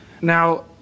Now